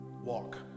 Walk